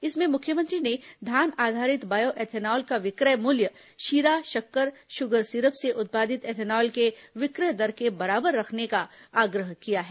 इसमें मुख्यमंत्री ने धान आधारित बायो एथेनॉल का मुख्यमंत्री ने विक्रय मूल्य शीरा शक्कर शुगर सिरप से उत्पादित एथेनॉल के विक्रय दर के बराबर रखने का आग्रह किया है